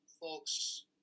folks